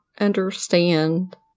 understand